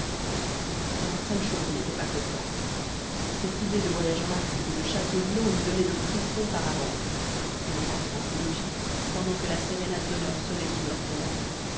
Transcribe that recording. c'est tartarin sancho qui n'était pas content cette idée de voyage en afrique et de chasse au lion lui donnait le frisson par avance et en rentrant au logis pendant que la sérénade d'honneur sonnait sous leurs fenêtres